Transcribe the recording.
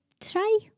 try